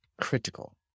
critical